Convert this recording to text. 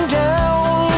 down